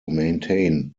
maintained